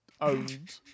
owned